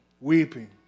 weeping